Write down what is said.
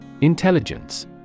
Intelligence